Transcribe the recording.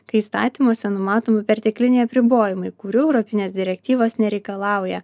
kai įstatymuose numatomi pertekliniai apribojimai kurių europinės direktyvos nereikalauja